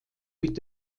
mit